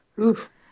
Oof